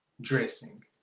dressing